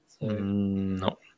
No